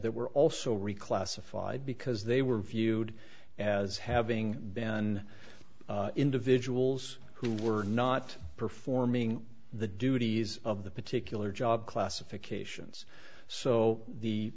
that were also reclassified because they were viewed as having been individuals who were not performing the duties of the particular job classifications so the